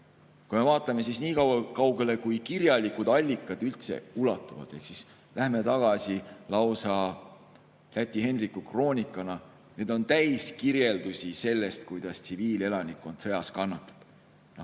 Kui me vaatame nii kaugele, kui kirjalikud allikad üldse ulatuvad, ehk siis läheme tagasi lausa Läti Henriku kroonikani – need on täis kirjeldusi sellest, kuidas tsiviilelanikkond sõjas kannatab.